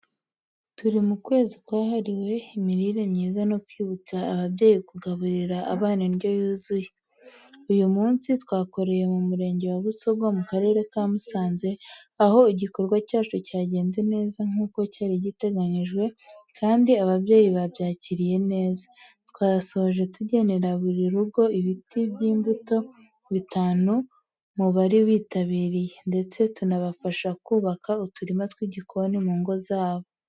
Turi mu kwezi kwahariwe imirire myiza no kwibutsa ababyeyi kugaburira abana indyo yuzuye. Uyu munsi twakoreye mu murenge wa Busogo, mu karere ka Musanze, aho igikorwa cyacu cyagenze neza nk’uko cyari giteganyijwe kandi ababyeyi babyakiriye neza. Twasoje tugenera buri rugo ibiti by’imbuto bitanu mu bari bitabiriye, ndetse tunabafasha kubaka uturima tw’igikoni mu ngo zabo.